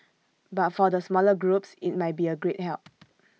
but for the smaller groups IT might be A great help